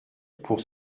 pour